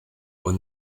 when